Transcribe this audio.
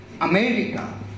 America